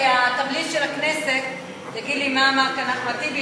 שהתמליל של הכנסת יגיד לי מה אמר כאן אחמד טיבי,